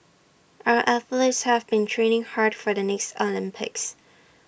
our athletes have been training hard for the next Olympics